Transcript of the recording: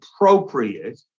appropriate